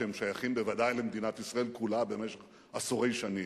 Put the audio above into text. שהם שייכים בוודאי למדינת ישראל כולה במשך עשורי שנים.